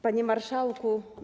Panie Marszałku!